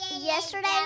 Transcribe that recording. yesterday